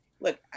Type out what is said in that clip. look